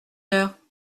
l’heure